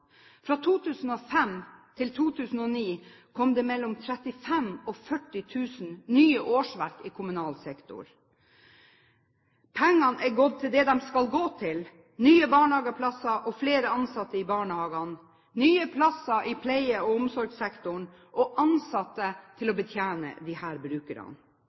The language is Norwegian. Fra 2005 til 2009 kom det mellom 35 000 og 40 000 nye årsverk i kommunal sektor. Pengene er gått til det de skal gå til: nye barnehageplasser og flere ansatte i barnehagene, nye plasser i pleie- og omsorgssektoren og ansatte til å betjene disse brukerne.